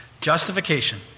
Justification